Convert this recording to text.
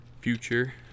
future